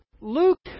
Luke